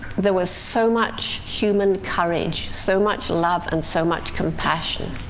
there was so much human courage, so much love and so much compassion.